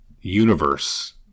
universe